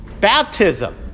baptism